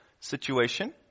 situation